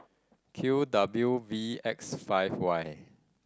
Q W V X five Y